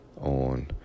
on